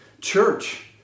Church